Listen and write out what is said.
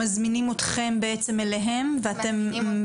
מזמינים אתכם בעצם אליהם ואתם מספקים?